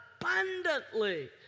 abundantly